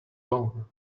bone